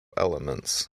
elements